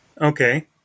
Okay